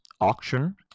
auction